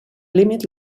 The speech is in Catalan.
límit